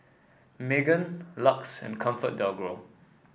Megan Lux and ComfortDelGro